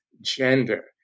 gender